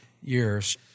years